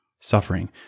Suffering